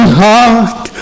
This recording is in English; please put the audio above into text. heart